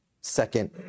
second